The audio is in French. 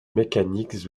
mécaniques